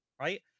right